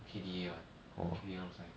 K_D_A one K_D_A one looks nice